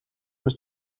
was